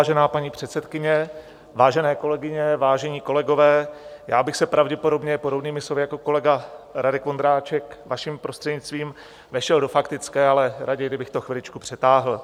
Vážená paní předsedkyně, vážené kolegyně, vážení kolegové, já bych se pravděpodobně, podobnými slovy jako kolega Radek Vondráček, vaším prostřednictvím, vešel do faktické, ale raději... kdybych to chviličku přetáhl.